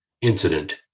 incident